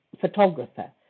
photographer